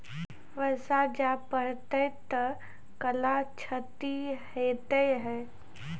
बरसा जा पढ़ते थे कला क्षति हेतै है?